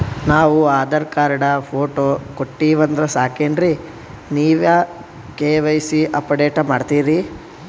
ನಾವು Aadhaar card, photo ಕೊಟ್ಟೀವಂದ್ರ ಸಾಕೇನ್ರಿ ನೀವ ಕೆ.ವೈ.ಸಿ ಅಪಡೇಟ ಮಾಡ್ತೀರಿ?